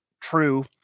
true